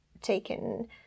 taken